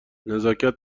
نزاکت